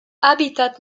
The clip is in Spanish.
hábitat